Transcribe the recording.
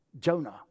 Jonah